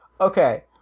okay